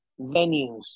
venues